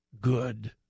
good